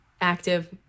active